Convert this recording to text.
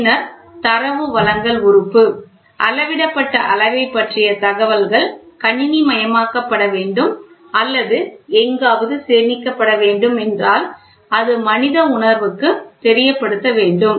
எனவே பின்னர் தரவு வழங்கல் உறுப்பு அளவிடப்பட்ட அளவைப் பற்றிய தகவல்கள் கணினிமயமாக்கப்பட வேண்டும் அல்லது எங்காவது சேமிக்கப்பட வேண்டும் என்றால் அது மனித உணர்வுக்கு தெரியப்படுத்த வேண்டும்